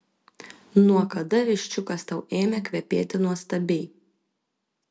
nuo kada viščiukas tau ėmė kvepėti nuostabiai